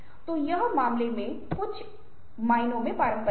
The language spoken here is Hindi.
तो उस मामले में यह कुछ मायनों में पारंपरिक है